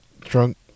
drunk